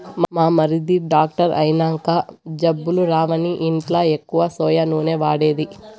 మా మరిది డాక్టర్ అయినంక జబ్బులు రావని ఇంట్ల ఎక్కువ సోయా నూనె వాడేది